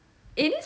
eh this